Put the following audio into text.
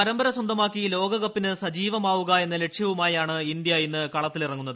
പരമ്പര സ്വന്തമാക്കി ലോകകപ്പിന് സജീവമാവുക എന്ന ലക്ഷ്യവുമായാണ് ഇന്ത്യ ഇന്ന് കളത്തിലിറങ്ങുന്നത്